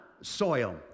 soil